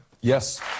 Yes